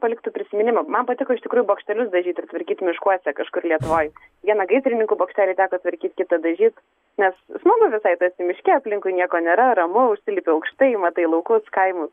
paliktų prisiminimą man patiko iš tikrųjų bokštelius dažyt ir tvarkyt miškuose kažkur lietuvoj vieną gaisrininkų bokštelį teko tvarkyt kitą dažyt nes smagu visai tu esi miške aplinkui nieko nėra ramu užsilipi aukštai matai laukus kaimus